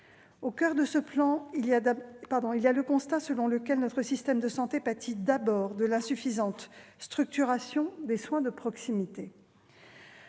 Au coeur de ce plan, il y a le constat selon lequel notre système de santé pâtit d'abord de l'insuffisante structuration des soins de proximité.